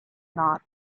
not